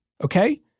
okay